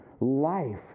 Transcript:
life